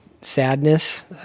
sadness